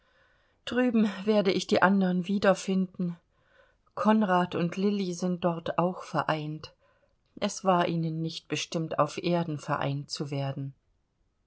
drüben werde ich die andern wiederfinden konrad und lilli sind dort auch vereint es war ihnen nicht bestimmt auf erden vereint zu werden